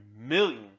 million